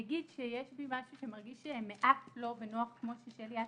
אגיד יש בי משהו שמרגיש מעט לא בנוח, כמו שאת,